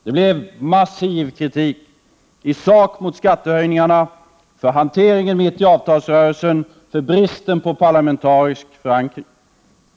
Det blev massiv kritik i sak mot skattehöjningarna, för hanteringen mitt i avtalsrörelsen och bristen på parlamentarisk förankring.